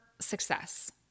success